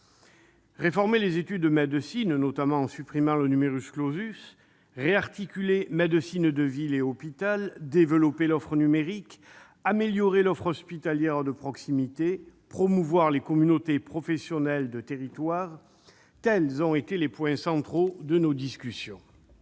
Réformer les études de médecine, notamment en supprimant le, réarticuler médecine de ville et hôpital, développer l'offre numérique, améliorer l'offre hospitalière de proximité, promouvoir les communautés professionnelles territoriales de santé : tels ont été les points centraux de nos discussions.